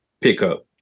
pickup